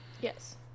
Yes